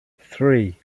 three